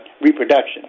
reproduction